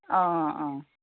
অঁ অঁ